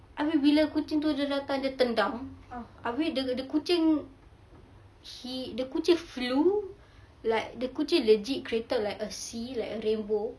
abeh bila kucing tu dia datang dia tendang abeh the the kucing he the kucing flew like the kucing legit created like a sea like a rainbow